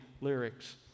lyrics